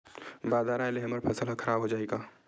बादर आय ले हमर फसल ह खराब हो जाहि का?